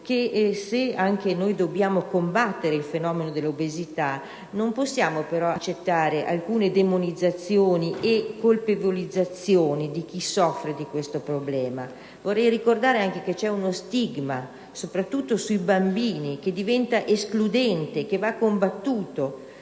che anche se dobbiamo combattere il fenomeno dell'obesità, non possiamo però accettare la demonizzazione e la colpevolizzazione di chi soffre di questo problema. Vorrei ricordare che esiste anche uno stigma che, soprattutto tra i bambini, diventa escludente e va combattuto: